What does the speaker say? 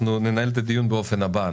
אנחנו ננהל את הדיון באופן הבא.